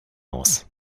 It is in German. aus